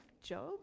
Job